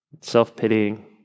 self-pitying